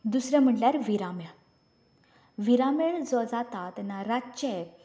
दुसरें म्हणल्यार विरांमेळ विरांमेळ जो जाता तेन्ना रातचे